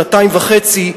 שנתיים וחצי,